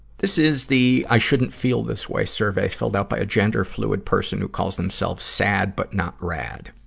this is the i shouldn't feel this way survey, filled out by a gender-fluid person who calls themselves sad, but not rad.